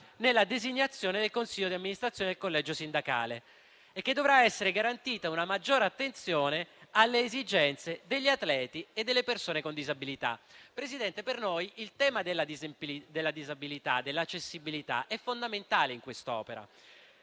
nella designazione del consiglio di amministrazione del collegio sindacale e che dovrà essere garantita una maggiore attenzione alle esigenze degli atleti e delle persone con disabilità. Signor Presidente, per noi il tema della disabilità e dell'accessibilità è fondamentale in quest'opera.